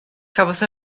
cafodd